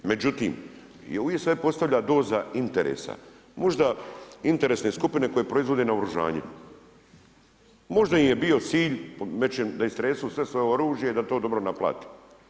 Međutim, uvijek se postavlja doza interesa, možda interesne skupine koje proizvodne naoružanje, možda im je bio cilj po nečem da istresu sve svoje oružje, da to dobro naplate.